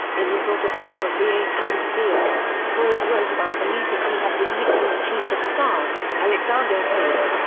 in his autobiography a time to heal, ford wrote about a meeting he had with nixon's chief of staff, alexander haig.